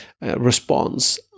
response